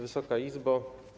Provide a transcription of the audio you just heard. Wysoka Izbo!